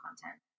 content